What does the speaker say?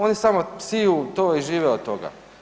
Oni samo siju to i žive od toga.